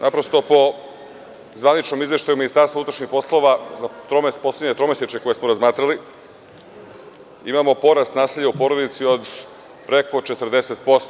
Naprosto, po zvaničnom izveštaju MUP-a, poslednje tromesečje koje smo razmatrali, imamo porast nasilja u porodici od preko 40%